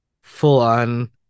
full-on